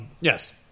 Yes